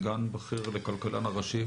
סגן בכיר לכלכלן הראשי,